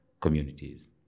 communities